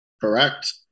Correct